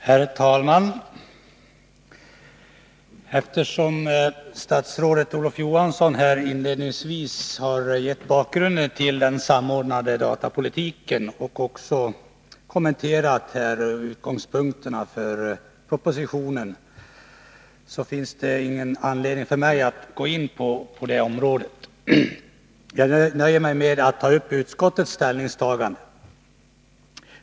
Herr talman! Eftersom statsrådet Olof Johansson inledningsvis har gett bakgrunden till den samordnade datapolitiken och också kommenterat utgångspunkterna för propositionen finns det för mig ingen anledning att gå in på det området. Jag nöjer mig med att ta upp utskottets ställningstagande.